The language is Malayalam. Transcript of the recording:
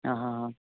ആ ആ ആ